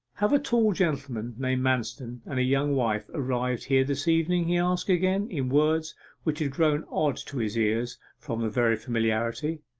have a tall gentleman named manston, and a young wife arrived here this evening he asked again, in words which had grown odd to his ears from very familiarity.